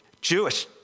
Jewish